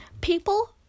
people